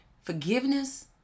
forgiveness